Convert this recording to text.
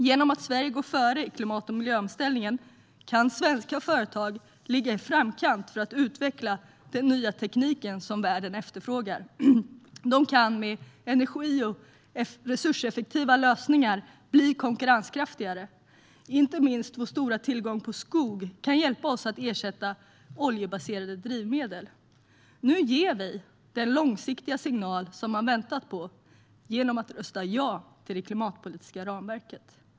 Genom att Sverige går före i klimat och miljöomställningen kan svenska företag ligga i framkant för att utveckla den nya teknik som världen efterfrågar. De kan med energi och resurseffektiva lösningar bli konkurrenskraftigare. Inte minst vår stora tillgång på skog kan hjälpa oss att ersätta oljebaserade drivmedel. Nu ger vi den långsiktiga signal som man väntat på genom att rösta ja till det klimatpolitiska ramverket.